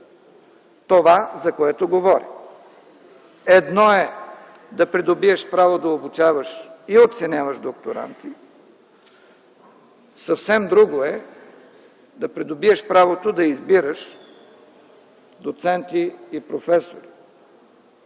това, за което говорим. Едно е да придобиеш право да обучаваш и оценяваш докторанти, съвсем друго е да придобиеш правото да избираш доценти и професори.